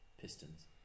pistons